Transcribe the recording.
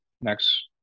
next